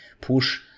push